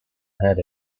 had